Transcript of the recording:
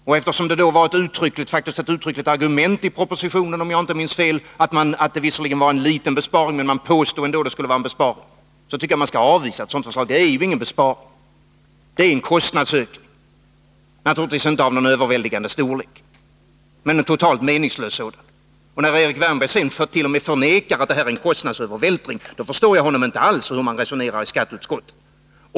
Och eftersom det var ett uttryckligt argument i proposi tionen — om jag inte minns fel — att det var fråga om en besparing, även om man sade att den var liten, tycker jag att förslaget borde avvisas. Det är ju ingen besparing — det är en kostnadsökning, naturligtvis inte av någon överväldigande storlek men en totalt meningslös sådan. När Erik Wärnberg t.o.m. förnekar att det är en kostnadsövervältring, förstår jag inte alls hur man resonerar i skatteutskottet.